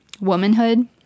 womanhood